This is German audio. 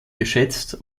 geschätzt